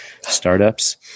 startups